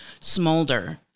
smolder